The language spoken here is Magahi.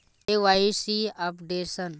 KYC updation?